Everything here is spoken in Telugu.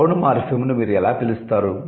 బౌండ్ మార్ఫిమ్ ను మీరు ఎలా పిలుస్తారు